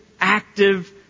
active